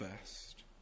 first